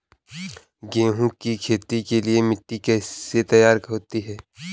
गेहूँ की खेती के लिए मिट्टी कैसे तैयार होती है?